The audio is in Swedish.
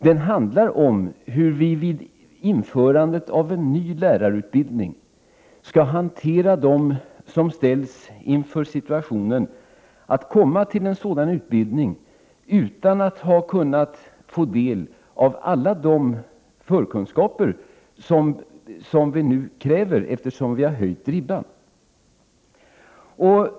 Den handlar om hur vi vid införandet av en ny lärarutbildning skall hantera dem som ställs inför situationen att komma till en sådan utbildning utan att ha kunnat få del av alla de förkunskaper som vi nu kräver, eftersom vi har ”höjt ribban”.